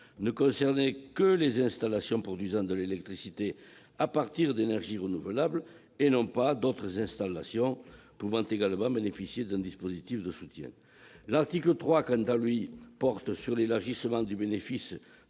ne concernait que les installations produisant de l'électricité à partir d'énergies renouvelables et non pas d'autres installations elles aussi susceptibles de bénéficier d'un bénéfice de soutien. L'article 3, quant à lui, porte sur l'élargissement du bénéfice